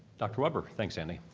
dr. weber. thanks, andy.